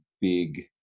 big